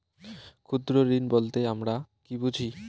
ক্ষুদ্র ঋণ বলতে আমরা কি বুঝি?